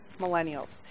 Millennials